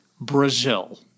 Brazil